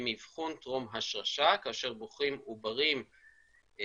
עם אבחון טרום השרשה כאשר בוחרים עוברים תקינים.